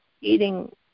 eating